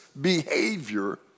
behavior